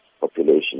population